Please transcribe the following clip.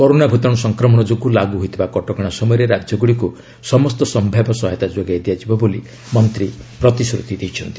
corona ଭୂତାଣୁ ସଂକ୍ରମଣ ଯୋଗୁଁ ଲାଗୁ ହୋଇଥିବା କଟକଣା ସମୟରେ ରାଜ୍ୟଗୁଡ଼ିକୁ ସମସ୍ତ ସମ୍ଭାବ୍ୟ ସହାୟତା ଯୋଗାଇ ଦିଆଯିବ ବୋଲି ମନ୍ତ୍ରୀ ପ୍ରତିଶ୍ରତି ଦେଇଛନ୍ତି